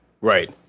Right